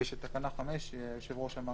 ויש את תקנה 5, שהיושב ראש אמר